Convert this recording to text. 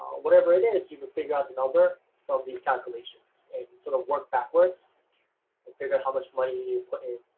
whatever it is, you can figure out the number from these calculations and sort of work backwards, and figure out how much money you put in